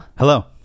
Hello